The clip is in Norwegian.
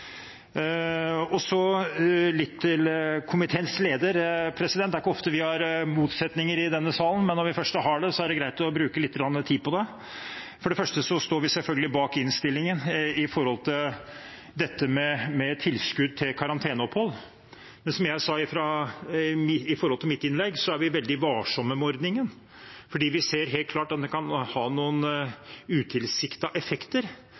Så litt til komiteens leder. Det er ikke ofte vi har motsetninger i denne salen, men når vi først har det, er det greit å bruke litt tid på det. For det første står vi selvfølgelig bak innstillingen når det gjelder dette med tilskudd til karanteneopphold, men som jeg sa i mitt innlegg, er vi veldig varsomme med ordningen, for vi ser helt klart at den kan ha noen utilsiktede effekter